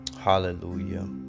hallelujah